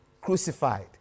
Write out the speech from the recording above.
crucified